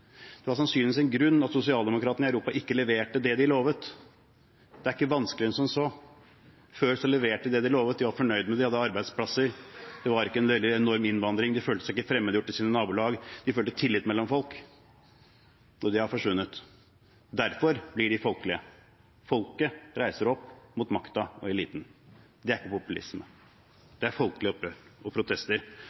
Det var sannsynligvis en grunn at sosialdemokratene i Europa ikke leverte det de lovet. Det er ikke vanskeligere enn som så. Før leverte de det de lovet. Folk var fornøyd med det, de hadde arbeidsplasser, det var ikke en veldig enorm innvandring, de følte seg ikke fremmedgjort i sine nabolag, de følte tillit mellom folk. Det har forsvunnet. Derfor blir de folkelige. Folket reiser seg mot makten og eliten. Det er ikke populisme. Det er folkelig opprør og protester,